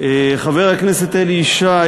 חבר הכנסת אלי ישי